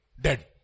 dead